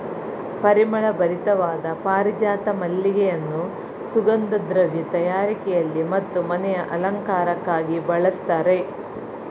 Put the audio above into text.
ಪರಿಮಳ ಭರಿತವಾದ ಪಾರಿಜಾತ ಮಲ್ಲಿಗೆಯನ್ನು ಸುಗಂಧ ದ್ರವ್ಯ ತಯಾರಿಕೆಯಲ್ಲಿ ಮತ್ತು ಮನೆಯ ಅಲಂಕಾರಕ್ಕೆ ಬಳಸ್ತರೆ